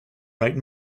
right